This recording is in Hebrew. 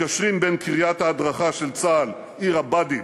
מקשרים בין קריית ההדרכה של צה"ל, עיר הבה"דים,